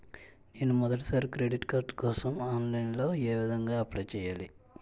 నేను మొదటిసారి credit card కోసం ఆన్లైన్ లో ఏ విధంగా అప్లై చేయాలి?